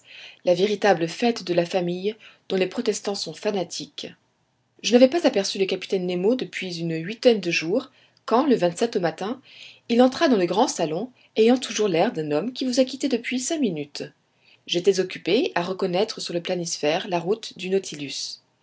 la véritable fête de la famille dont les protestants sont fanatiques je n'avais pas aperçu le capitaine nemo depuis une huitaine de jours quand le au matin il entra dans le grand salon ayant toujours l'air d'un homme qui vous a quitté depuis cinq minutes j'étais occupé à reconnaître sur le planisphère la route du nautilus